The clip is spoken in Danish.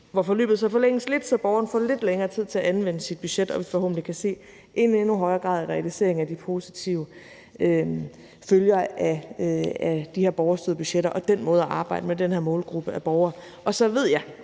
hvor forløbet forlænges lidt, så borgeren får lidt længere tid til at anvende sit budget, og så vi forhåbentlig kan se en endnu højere grad af realisering af de positive følger af de her borgerstyrede budgetter og den måde at arbejde med den her målgruppe af borgere på. Og så ved jeg